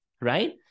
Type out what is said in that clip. right